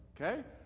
Okay